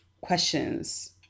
questions